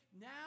now